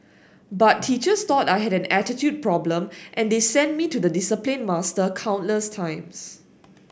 but teachers thought I had an attitude problem and they sent me to the discipline master countless times